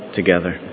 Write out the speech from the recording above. together